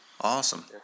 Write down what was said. Awesome